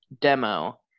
demo